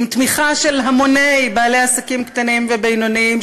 עם תמיכה של המוני בעלי עסקים קטנים ובינוניים,